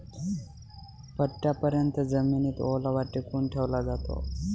पट्टयापर्यत जमिनीत ओलावा टिकवून ठेवला जातो